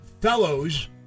fellows